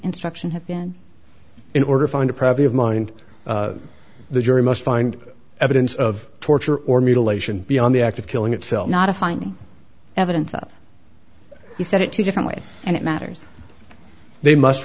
instruction have been in order find a preview of mind the jury must find evidence of torture or mutilation beyond the act of killing itself not a finding evidence that he said it two different ways and it matters they must